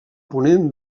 ponent